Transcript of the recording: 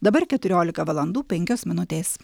dabar keturiolika valandų penkios minutės